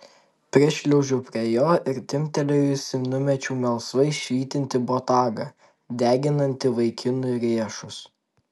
prišliaužiau prie jo ir timptelėjusi numečiau melsvai švytintį botagą deginantį vaikinui riešus